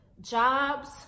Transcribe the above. jobs